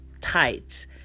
tight